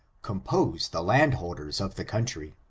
compose the landholders of the country.